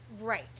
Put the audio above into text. Right